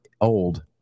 old